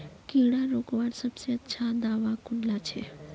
कीड़ा रोकवार सबसे अच्छा दाबा कुनला छे?